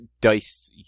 Dice